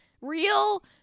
real